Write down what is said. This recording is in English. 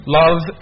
love